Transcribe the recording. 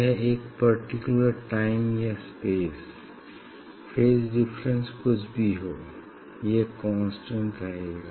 यह एक particular time या स्पेस फेज डिफरेंस कुछ भी हो यह कांस्टेंट रहेगा